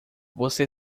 você